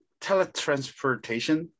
teletransportation